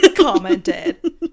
commented